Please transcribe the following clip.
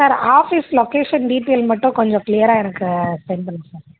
sir office location detail மட்டும் கொஞ்சம் க்ளீயராக எனக்கு செண்ட் பண்ணுங்கள் சார்